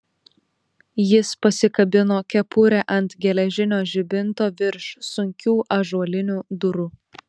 jis pasikabino kepurę ant geležinio žibinto virš sunkių ąžuolinių durų